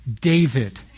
David